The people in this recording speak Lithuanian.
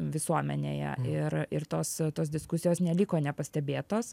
visuomenėje ir ir tos tos diskusijos neliko nepastebėtos